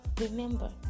remember